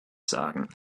sagen